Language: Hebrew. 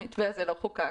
המתווה הזה לא נחקק,